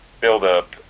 build-up